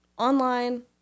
online